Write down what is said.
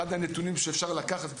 אחד הנתונים שאפשר לקחת ולנתח,